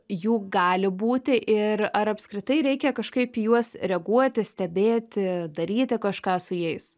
jų gali būti ir ar apskritai reikia kažkaip į juos reaguoti stebėti daryti kažką su jais